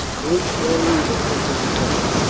move slowly down to the attack,